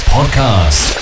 Podcast